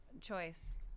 choice